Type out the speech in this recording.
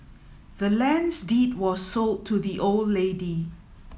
the land's deed was sold to the old lady